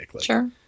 Sure